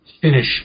finish